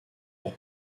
pour